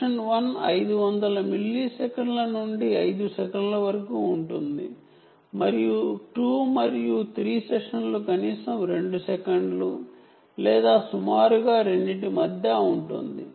session 1 500 మిల్లీసెకన్ల నుండి 5 సెకన్ల వరకు ఉంటుంది మరియు 2 మరియు 3 సెషన్లు కనీసం 2 సెకండ్లు లేదా సుమారుగా రెండిటి మధ్య ఉంటుంది